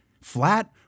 flat